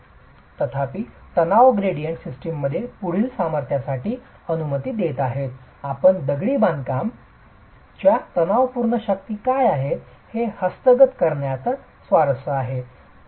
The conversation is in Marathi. तथापि तणाव ग्रेडियंट सिस्टममध्ये पुढील सामर्थ्यासाठी अनुमती देत आहे आपण दगडी बांधकाम च्या तणावपूर्ण शक्ती काय आहे हे हस्तगत करण्यात स्वारस्य आहे